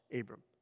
Abram